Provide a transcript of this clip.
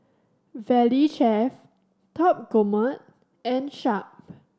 Valley Chef Top Gourmet and Sharp